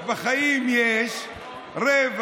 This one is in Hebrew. דבריי, יש את החוק